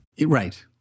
Right